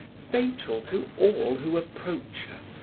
fatal to all who approach her,